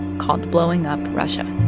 called blowing up russia.